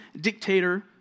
dictator